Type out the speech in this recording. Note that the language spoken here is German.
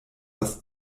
das